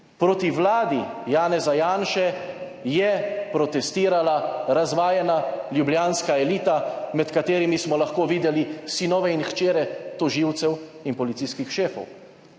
proti Vladi Janeza Janše je protestirala razvajena ljubljanska elita, med katerimi smo lahko videli sinove in hčere tožilcev in policijskih šefov.